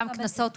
גם קנסות,